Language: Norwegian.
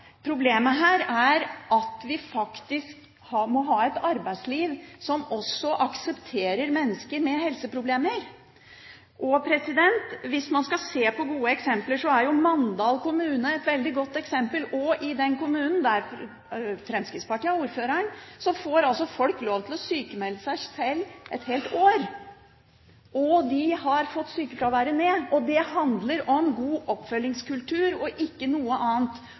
Problemet er at vi faktisk må ha et arbeidsliv som også aksepterer mennesker med helseproblemer. Hvis man skal se på gode eksempler, er Mandal kommune et slikt eksempel. I den kommunen, hvor Fremskrittspartiet har ordføreren, får folk lov til å sjukmelde seg sjøl et helt år, og de har fått sjukefraværet ned. Det handler om god oppfølgingskultur – ikke noe annet